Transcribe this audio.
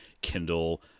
kindle